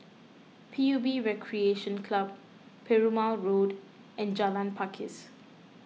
P U B Recreation Club Perumal Road and Jalan Pakis